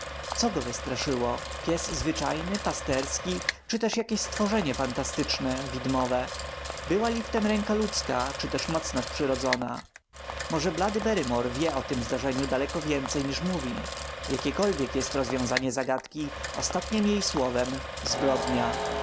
co go wystraszyło pies zwyczajny pasterski czy też jakieś stworzenie fantastyczne widmowe była li w tem ręka ludzka czy też moc nadprzyrodzona może blady barrymore wie o tem zdarzeniu daleko więcej niż mówi jakiekolwiek jest rozwiązanie zagadki ostatniem jej słowem zbrodnia